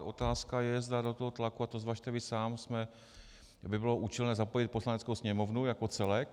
Otázka je, zda do toho tlaku, a to zvažte vy sám, by bylo účelné zapojit Poslaneckou sněmovnu jako celek.